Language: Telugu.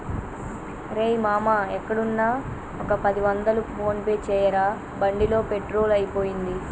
రేయ్ మామా ఎక్కడున్నా ఒక పది వందలు ఫోన్ పే చేయరా బండిలో పెట్రోల్ అయిపోయింది